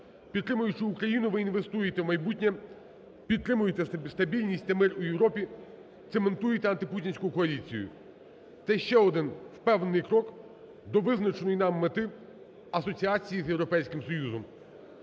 Підтримуючи Україну, ви інвестуєте у майбутнє, підтримуєте стабільність та мир у Європі, цементуєте антипутінську коаліцію. Це ще один впевнений крок до визначеної нами мети – асоціації з Європейським Союзом.